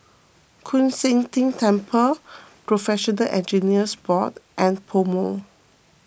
Koon Seng Ting Temple Professional Engineers Board and PoMo